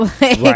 Right